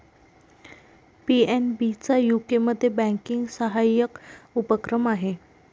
PNB चा यूकेमध्ये banking सहाय्यक उपक्रम आहे